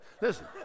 Listen